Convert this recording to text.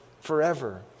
forever